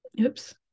oops